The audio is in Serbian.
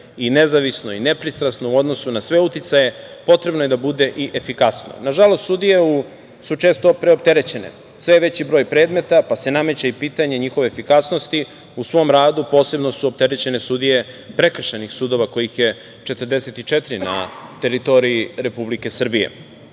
i nezavisno i nepristrasno u odnosu na sve uticaje, potrebno je da bude i efikasno. Nažalost, sudije su često preopterećene. Sve je veći broj predmeta, pa se nameće i pitanje njihove efikasnosti. U svom radu posebno su opterećene sudije prekršajnih sudova, kojih je 44 na teritoriji Republike Srbije. Kolega